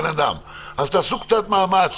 אז תעשו קצת מאמץ.